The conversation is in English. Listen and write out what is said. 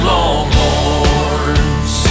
Longhorns